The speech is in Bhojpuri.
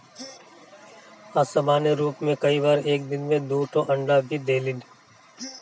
असामान्य रूप में कई बार एक दिन में दू ठो अंडा भी देलिन